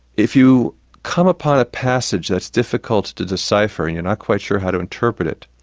if you come upon a passage that's difficult to decipher, and you're not quite sure how to interpret it,